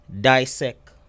dissect